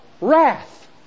wrath